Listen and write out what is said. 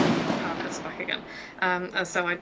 you know the power cuts are back again. and so i,